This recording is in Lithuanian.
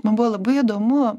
man buvo labai įdomu